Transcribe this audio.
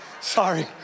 Sorry